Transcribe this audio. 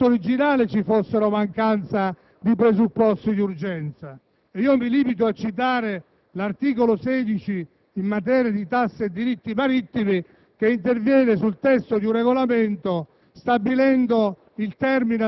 ritenendo che già nel testo originario mancassero i presupposti di urgenza: mi limito a citare l'articolo 16, in materia di tasse e diritti marittimi, che interviene sul testo di un regolamento,